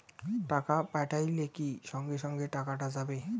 টাকা পাঠাইলে কি সঙ্গে সঙ্গে টাকাটা যাবে?